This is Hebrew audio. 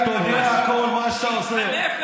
תודיע, תודיע הכול, מה שאתה רוצה.